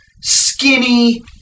skinny